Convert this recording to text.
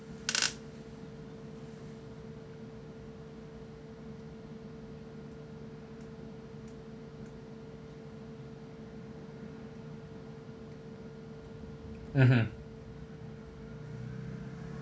mmhmm